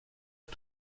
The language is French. est